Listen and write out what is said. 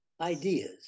ideas